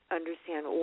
understand